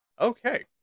Okay